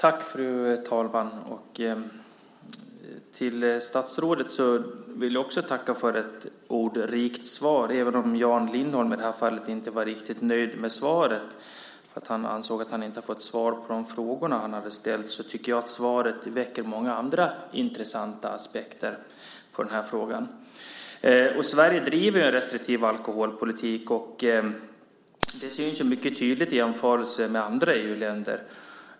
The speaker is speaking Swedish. Fru talman! Jag vill också tacka statsrådet för ett ordrikt svar. Även om Jan Lindholm i det här fallet inte var riktigt nöjd med svaret därför att han ansåg att han inte hade fått svar på de frågor som han hade ställt tycker jag att svaret väcker många andra intressanta aspekter på den här frågan. Sverige driver en restriktiv alkoholpolitik, och det syns mycket tydligt i jämförelse med andra EU-länder.